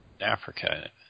Africa